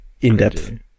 In-depth